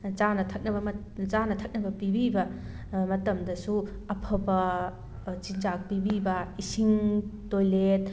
ꯆꯥꯅ ꯊꯛꯅꯕ ꯆꯥꯅ ꯊꯛꯅꯕ ꯄꯤꯕꯤꯕ ꯃꯇꯝꯗꯁꯨ ꯑꯐꯕ ꯆꯤꯟꯖꯥꯛ ꯄꯤꯕꯤꯕ ꯏꯁꯤꯡ ꯇꯣꯏꯂꯦꯠ